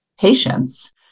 patients